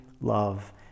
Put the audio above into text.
love